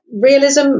realism